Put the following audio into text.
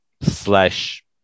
slash